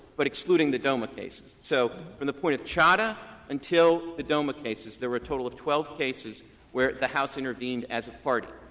but excluding the doma cases. so from the point of chadha until the doma cases, there were a total of twelve cases where the house intervened as a party.